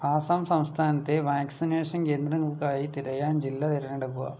ആസാം സംസ്ഥാനത്തെ വാക്സിനേഷൻ കേന്ദ്രങ്ങൾക്കായി തിരയാൻ ജില്ല തിരഞ്ഞെടുക്കുക